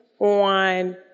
on